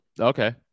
Okay